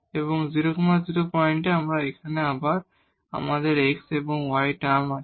এবং 0 0 পয়েন্টে আমাদের x এবং y টার্ম আছে